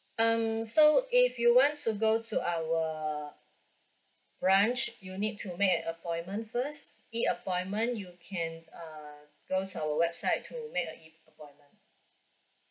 um so if you want to go to our branch you'll need to make an appointment first E appointment you can uh go to our website to make a E appointment